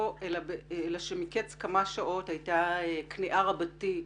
מקץ כמה שעות הייתה כניעה רבתי,